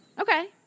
Okay